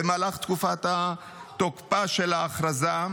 במהלך תקופת תוקפה של ההכרזה,